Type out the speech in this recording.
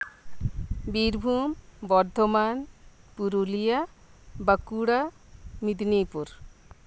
Birbhum Bardhaman Purulia Bankura Medinipur